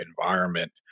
environment